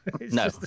No